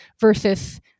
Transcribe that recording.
versus